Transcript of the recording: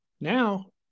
Now